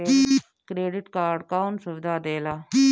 Credit card कौन सुबिधा देला?